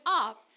up